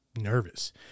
nervous